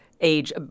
age